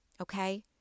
okay